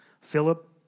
Philip